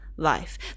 life